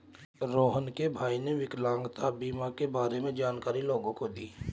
रोहण के भाई ने विकलांगता बीमा के बारे में जानकारी लोगों को दी